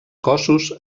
cossos